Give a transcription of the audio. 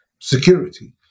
security